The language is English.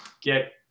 get